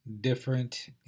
different